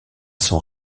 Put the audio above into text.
son